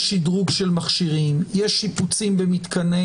יש שדרוג של מכשירים, יש שיפוצים במתקני